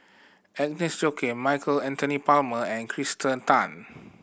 Agnes Joaquim Michael Anthony Palmer and Kirsten Tan